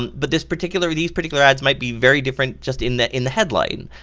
but these particular these particular ads might be very different just in the in the headline.